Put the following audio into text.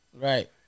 Right